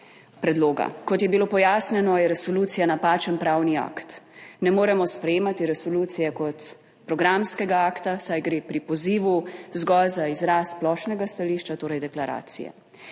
predloga. Kot je bilo pojasnjeno, je resolucija napačen pravni akt. Ne moremo sprejemati resolucije kot programskega akta, saj gre pri pozivu zgolj za izraz splošnega stališča, torej deklaracije.